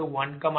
B123